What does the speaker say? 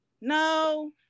No